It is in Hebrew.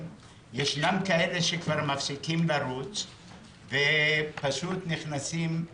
יש כאלה שכבר מפסיקים לרוץ ופשוט נכנסים לדאון.